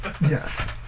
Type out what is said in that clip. Yes